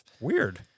Weird